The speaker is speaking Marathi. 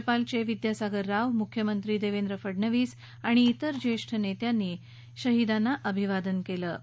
राज्यपाल चे विद्यासागर राव मुख्यमंत्री देवेंद्र फडणवीस आणि इतर ज्येष्ठ नेत्यांनी शहीदांना अभिवादन केलं